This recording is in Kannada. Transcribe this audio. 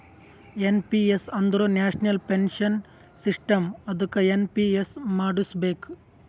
ಎನ್ ಪಿ ಎಸ್ ಅಂದುರ್ ನ್ಯಾಷನಲ್ ಪೆನ್ಶನ್ ಸಿಸ್ಟಮ್ ಅದ್ದುಕ ಎನ್.ಪಿ.ಎಸ್ ಮಾಡುಸ್ಬೇಕ್